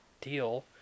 deal